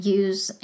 use